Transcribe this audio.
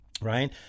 right